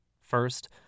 First